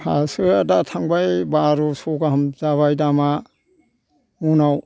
फाथोआ दा थांबाय बारस' गाहाम जाबाय दामा मनाव